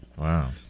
Wow